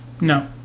No